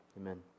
Amen